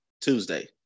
Tuesday